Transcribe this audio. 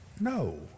No